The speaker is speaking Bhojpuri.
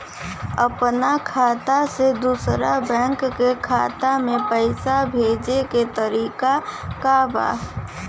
अपना खाता से दूसरा बैंक के खाता में पैसा भेजे के तरीका का बा?